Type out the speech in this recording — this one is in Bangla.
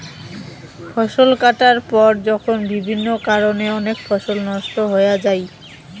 ফসল কাটার পর যখন বিভিন্ন কারণে অনেক ফসল নষ্ট হয়া যাই